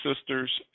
sisters